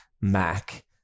Mac